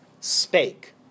spake